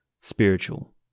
spiritual